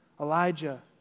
Elijah